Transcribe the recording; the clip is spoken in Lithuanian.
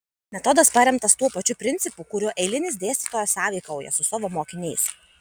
metodas paremtas tuo pačiu principu kuriuo eilinis dėstytojas sąveikauja su savo mokiniais